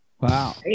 Wow